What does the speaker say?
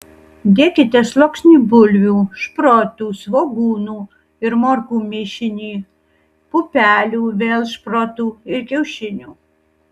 dėkite sluoksnį bulvių šprotų svogūnų ir morkų mišinį pupelių vėl šprotų ir kiaušinių